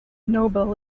nobel